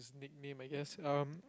his nickname I guess um